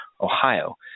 Ohio